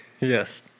Yes